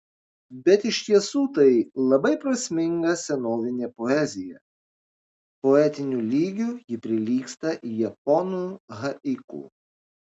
bet iš tiesų tai labai prasminga senovinė poezija poetiniu lygiu ji prilygsta japonų haiku